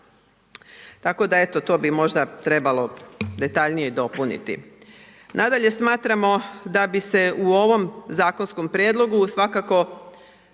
Tako da eto, to bi možda trebalo detaljnije dopuniti. Nadalje, smatramo da bi se u ovom zakonskom prijedlogu svakako